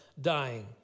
dying